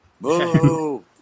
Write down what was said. Boo